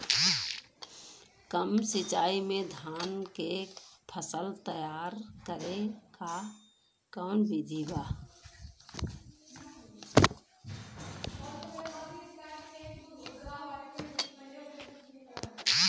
कम सिचाई में धान के फसल तैयार करे क कवन बिधि बा?